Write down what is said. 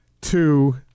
two